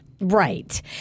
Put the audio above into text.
right